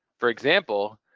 for example,